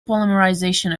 polymerization